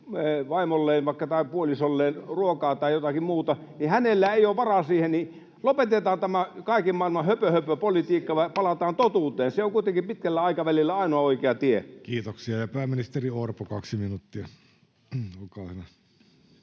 vaimolleen vaikka, tai puolisolleen, ruokaa tai jotakin muuta, niin hänellä ei ole varaa siihen. Lopetetaan tämä kaiken maailman höpöhöpöpolitiikka ja palataan totuuteen. Se on kuitenkin pitkällä aikavälillä ainoa oikea tie. Kiitoksia. — Ja pääministeri Orpo, kaksi minuuttia,